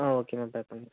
ஆ ஓகேம்மா பேக் பண்ணிடுறேன்